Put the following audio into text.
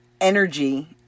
energy